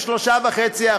ל-3.5%.